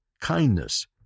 kindness